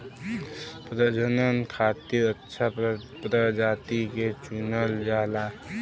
प्रजनन खातिर अच्छा प्रजाति के चुनल जाला